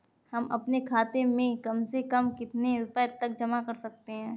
हम अपने खाते में कम से कम कितने रुपये तक जमा कर सकते हैं?